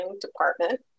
department